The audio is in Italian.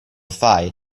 file